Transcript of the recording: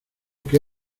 que